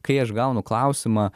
kai aš gaunu klausimą